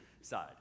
side